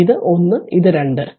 ഇത് 1 ഇത് 2 ആയതിനാൽ ഇത് 1 ഇത് 2 ആണ്